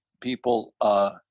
people